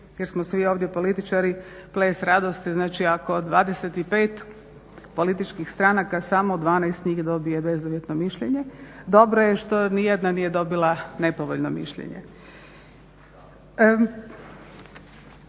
jer smo svi ovdje političari, ples radosti, znači ako od 25 političkih stranaka, samo 12 njih dobije bezuvjetno mišljenje. Dobro je što ni jedna nije dobila nepovoljno mišljenje.